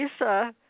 Lisa